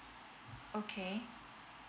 okay